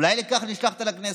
אולי לכך נשלחת לכנסת?